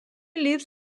lives